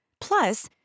Plus